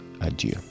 adieu